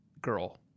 girl